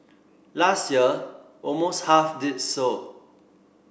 last year almost half did so